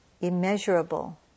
immeasurable